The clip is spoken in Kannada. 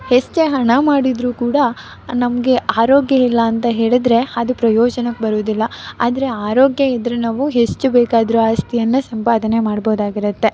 ಎಷ್ಟೇ ಹಣ ಮಾಡಿದ್ರೂ ಕೂಡ ನಮಗೆ ಆರೋಗ್ಯ ಇಲ್ಲ ಅಂತ ಹೇಳಿದರೆ ಅದು ಪ್ರಯೋಜನಕ್ಕೆ ಬರುವುದಿಲ್ಲ ಆದರೆ ಆರೋಗ್ಯ ಇದ್ದರೆ ನಾವು ಎಷ್ಟು ಬೇಕಾದ್ರೂ ಆಸ್ತಿಯನ್ನು ಸಂಪಾದನೆ ಮಾಡ್ಬೋದಾಗಿರುತ್ತೆ